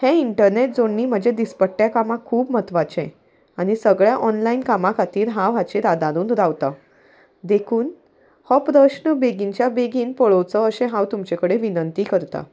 हें इंटरनेट जोडणी म्हजें दिसपट्ट्या कामाक खूब म्हत्वाचें आनी सगळ्या ऑनलायन कामा खातीर हांव हाचेर आदारून रावता देखून हो प्रश्न बेगीनच्या बेगीन पळोवचो अशें हांव तुमचे कडेन विनंती करतां